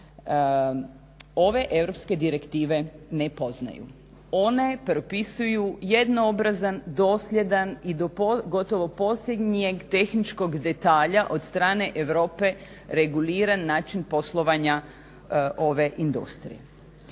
ove europske direktive ne poznaju. One propisuju jednoobrazan, dosljedan i do gotovo posljednjeg tehničkog detalja od strane Europe reguliran način poslovanja ove industrije.